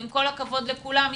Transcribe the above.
עם כל הכבוד לכולם,